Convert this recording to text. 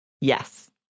Yes